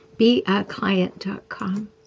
BeAClient.com